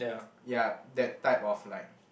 ya that type of like